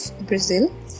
Brazil